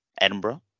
Edinburgh